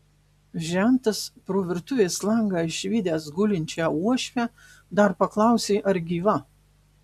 žentas pro virtuvės langą išvydęs gulinčią uošvę dar paklausė ar gyva